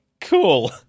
cool